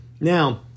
Now